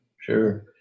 Sure